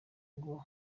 ngo